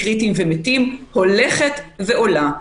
קריטיים ומתים הולכת ועולה.